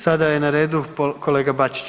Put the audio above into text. Sada je na redu kolega Bačić.